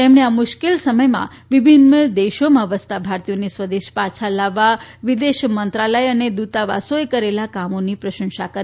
તેમણે આ મુશ્કેલ સમયમાં વિભિન્ન દેશોમાં વસતા ભારતીયોને સ્વદેશ પાછા લાવવા વિદેશ મંત્રાલય અને દૂતાવાસોએ કરેલા કામોની પ્રશંસા કરી